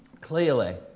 Clearly